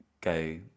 go